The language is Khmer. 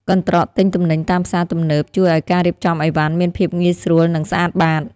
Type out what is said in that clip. កន្ត្រកទិញទំនិញតាមផ្សារទំនើបជួយឱ្យការរៀបចំអីវ៉ាន់មានភាពងាយស្រួល និងស្អាតបាត។